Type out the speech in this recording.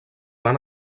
van